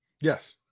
Yes